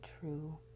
true